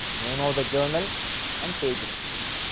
name of the journal and page reference.